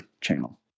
channel